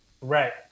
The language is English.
Right